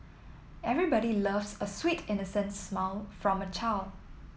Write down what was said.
everybody loves a sweet innocent smile from a child